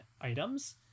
items